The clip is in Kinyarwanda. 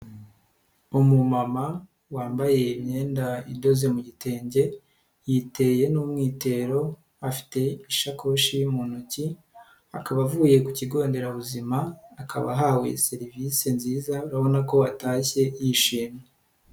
Umumama wambaye imyenda idoze mu gitenge, yiteye n'umwitero afite isakoshi mu ntoki. Akaba avuye kukigonderabuzima akaba ahawe serivisi nziza abona ko atashye yishimye.